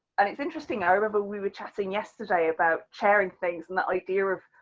and it's interesting, i remember we were chatting yesterday about sharing things and that idea of,